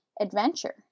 adventure